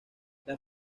las